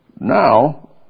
Now